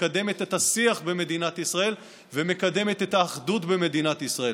מקדמת את השיח במדינת ישראל ומקדמת את האחדות במדינת ישראל.